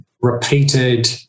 repeated